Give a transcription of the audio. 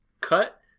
Cut